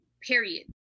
Period